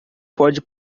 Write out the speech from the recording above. pode